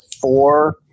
four